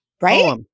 Right